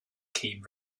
came